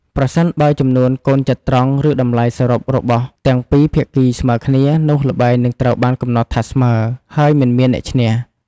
ប្រសិនបើចំនួនកូនចត្រង្គឬតម្លៃសរុបរបស់ទាំងពីរភាគីស្មើគ្នា នោះល្បែងនឹងត្រូវបានកំណត់ថាស្មើ ហើយមិនមានអ្នកឈ្នះ។